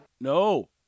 No